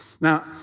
Now